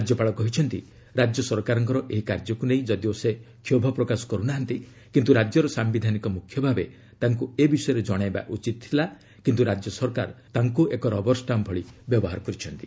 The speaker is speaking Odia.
ରାଜ୍ୟପାଳ କହିଛନ୍ତି ରାଜ୍ୟ ସରକାରଙ୍କ ଏହି କାର୍ଯ୍ୟକୁ ନେଇ ଯଦିଓ ସେ କ୍ଷୋଭ ପ୍ରକାଶ କରୁନାହାନ୍ତି କିନ୍ତୁ ରାଜ୍ୟର ସାମ୍ବିଧାନିକ ମୁଖ୍ୟ ଭାବେ ତାଙ୍କୁ ଏ ବିଷୟରେ ଜଣାଇବା ଉଚିତ୍ ଥିଲା କିନ୍ତୁ ରାଜ୍ୟ ସରକାର ତାଙ୍କ ଏକ ରବରଷ୍ଟାମ୍ପ୍ ଭଳି ବ୍ୟବହାର କରିଛନ୍ତି